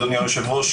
אדוני היושב-ראש,